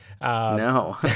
No